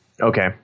Okay